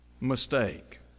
mistake